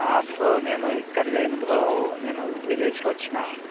bro నేను ఇక్కడ లేను బ్రో నేను విలేజ్కి వచ్చిన